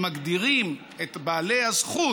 שמגדירים את בעלי הזכות,